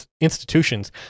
institutions